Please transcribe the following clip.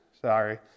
Sorry